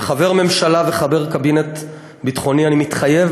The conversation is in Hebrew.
כחבר הממשלה וכחבר הקבינט הביטחוני אני מתחייב